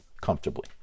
comfortably